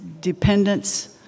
dependence